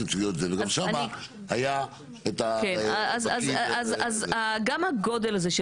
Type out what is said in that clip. וגם שם היה את הבקי ו --- אז גם הגודל הזה,